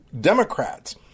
Democrats